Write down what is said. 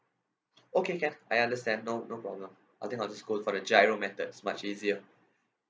okay can I understand no no problem I think I'll just go for the GIRO methods much easier